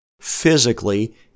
physically